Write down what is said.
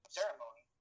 ceremony